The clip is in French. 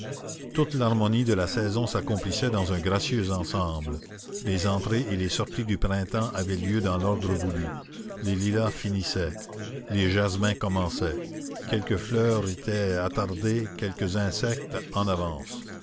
toute l'harmonie de la saison s'accomplissait dans un gracieux ensemble les entrées et les sorties du printemps avaient lieu dans l'ordre voulu les lilas finissaient les jasmins commençaient quelques fleurs étaient attardées quelques